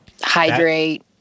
hydrate